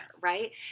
right